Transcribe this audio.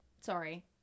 sorry